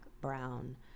brown